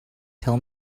tell